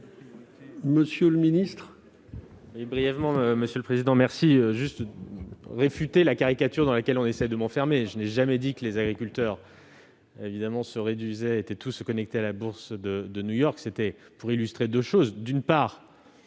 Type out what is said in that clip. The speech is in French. Monsieur le ministre,